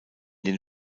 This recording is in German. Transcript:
den